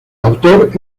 autor